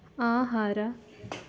ಆಹಾರ